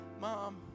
Mom